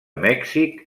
mèxic